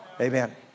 Amen